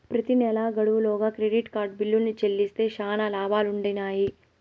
ప్రెతి నెలా గడువు లోగా క్రెడిట్ కార్డు బిల్లుని చెల్లిస్తే శానా లాబాలుండిన్నాయి